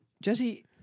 Jesse